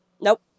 Nope